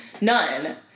none